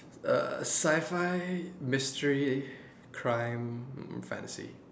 uh sci-fi mystery crime mm fantasy